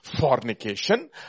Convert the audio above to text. Fornication